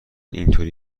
اینطوری